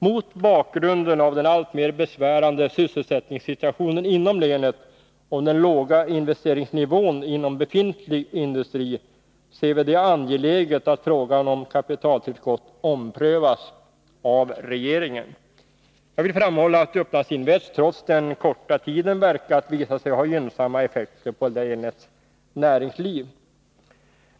Mot bakgrund av den alltmer besvärande sysselsättningssituationen inom länet och den låga investeringsnivån inom befintlig industri ser vi det angeläget att frågan om kapitaltillskott omprövas av regeringen. Jag vill framhålla att Upplandsinvest trots den korta tid man verkat visar sig ha gynnsamma effekter på länets näringsliv.